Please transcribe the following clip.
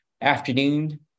afternoon